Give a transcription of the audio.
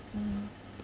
mm